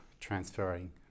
transferring